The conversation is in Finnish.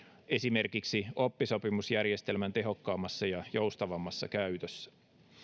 esimerkiksi oppisopimusjärjestelmän tehokkaammassa ja joustavammassa käytössä